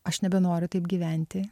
aš nebenoriu taip gyventi